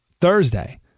Thursday